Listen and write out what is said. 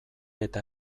eta